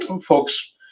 folks